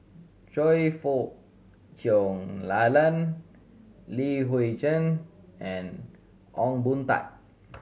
Choe Fook Cheong Alan Li Hui Cheng and Ong Boon Tat